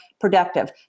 productive